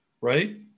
Right